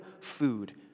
food